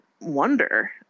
wonder